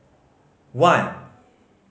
one